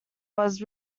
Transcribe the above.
was